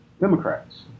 Democrats